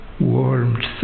warmed